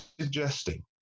suggesting